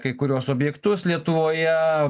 kai kuriuos objektus lietuvoje